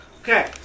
Okay